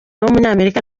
w’umunyamerika